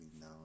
now